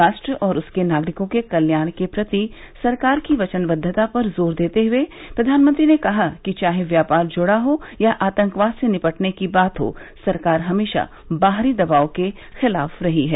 राष्ट्र और उसके नागरिकों के कल्याण के प्रति सरकार की वचनबद्दता पर जोर देते हुए प्रधानमंत्री ने कहा कि चाहे व्यापार जुड़ा हो या आतंकवाद से निपटने की बात हो सरकार हमेशा बाहरी दबाव के खिलाफ रही है